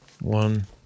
One